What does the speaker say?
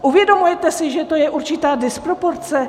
Uvědomte si, že to je určitá disproporce.